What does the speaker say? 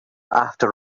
after